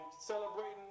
celebrating